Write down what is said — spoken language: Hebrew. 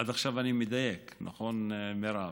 עד עכשיו אני מדייק, נכון, מרב?